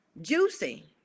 juicy